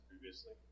previously